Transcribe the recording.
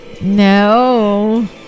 No